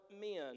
men